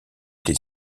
des